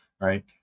right